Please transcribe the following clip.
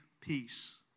peace